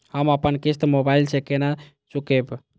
हम अपन किस्त मोबाइल से केना चूकेब?